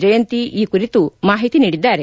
ಜಯಂತಿ ಈ ಕುರಿತು ಮಾಹಿತಿ ನೀಡಿದ್ದಾರೆ